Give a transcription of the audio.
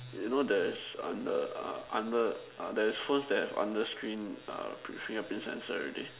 you know there's under uh under uh there's phone that have under screen err print finger print sensor already